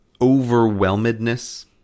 overwhelmedness